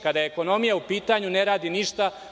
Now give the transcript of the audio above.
Kada je ekonomija u pitanju ne radi ništa.